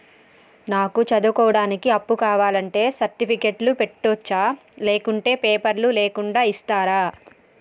నాకు చదువుకోవడానికి అప్పు కావాలంటే సర్టిఫికెట్లు పెట్టొచ్చా లేకుంటే పేపర్లు లేకుండా ఇస్తరా?